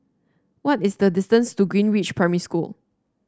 what is the distance to Greenridge Primary School